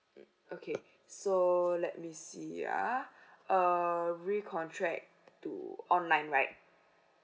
okay so let me see uh err recontract through online right